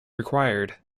required